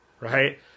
Right